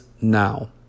now